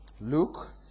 Luke